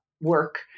work